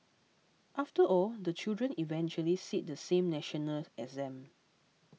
after all the children eventually sit the same national exam